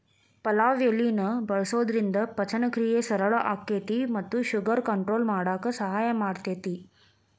ಪಲಾವ್ ಎಲಿನ ಬಳಸೋದ್ರಿಂದ ಪಚನಕ್ರಿಯೆ ಸರಳ ಆಕ್ಕೆತಿ ಮತ್ತ ಶುಗರ್ ಕಂಟ್ರೋಲ್ ಮಾಡಕ್ ಸಹಾಯ ಮಾಡ್ತೆತಿ